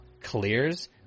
clears